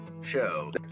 Show